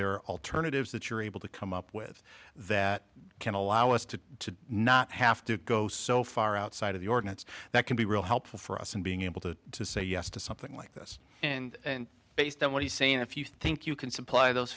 are alternatives that you're able to come up with that can allow us to not have to go so far outside of the ordinance that can be really helpful for us in being able to say yes to something like this and based on what you say and if you think you can supply those